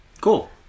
Cool